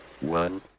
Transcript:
one